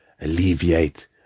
alleviate